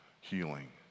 healing